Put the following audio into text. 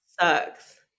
sucks